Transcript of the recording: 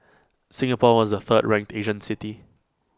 Singapore was the third ranked Asian city